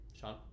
Sean